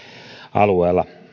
alueella